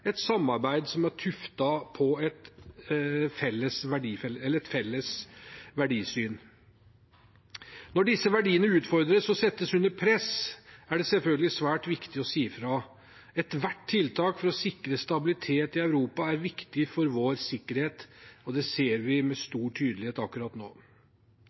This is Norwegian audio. et samarbeid som er tuftet på et felles verdisyn. Når disse verdiene utfordres og settes under press, er det selvfølgelig svært viktig å si ifra. Ethvert tiltak for å sikre stabilitet i Europa er viktig for vår sikkerhet, og det ser vi med stor tydelighet akkurat nå.